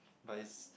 but is